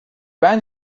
ben